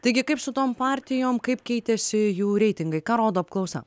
taigi kaip su tom partijom kaip keitėsi jų reitingai ką rodo apklausa